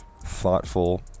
Thoughtful